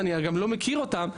אני גם לא מכיר אותם.